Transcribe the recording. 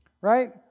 right